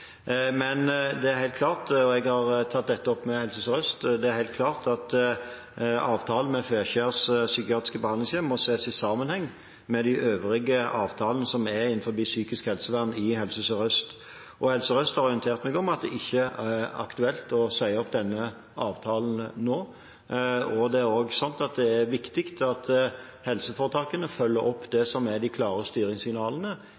Men det er helt klart – og jeg har tatt dette opp med Helse Sør-Øst – at avtalen med Fekjær psykiatriske senter må ses i sammenheng med de øvrige avtalene som er innen psykisk helsevern i Helse Sør-Øst. Helse Sør-Øst har orientert meg om at det ikke er aktuelt å si opp denne avtalen nå, og det er også viktig at helseforetakene følger opp det som er de klare styringssignalene